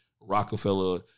Rockefeller